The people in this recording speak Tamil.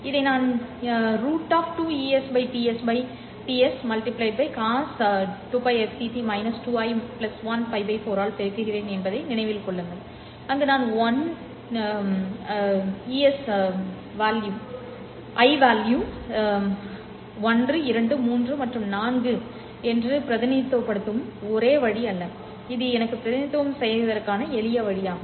இதை நான் ஏன் √ 2Es T s¿ by cos 2Лfct 2i 1 Л 4 ஆல் பெருக்குகிறேன் என்பதை நினைவில் கொள்ளுங்கள் அங்கு நான் 1 2 3 மற்றும் 4 இது பிரதிநிதித்துவப்படுத்தும் ஒரே வழி அல்ல இது எனக்கு பிரதிநிதித்துவம் செய்வதற்கான எளிய வழியாகும்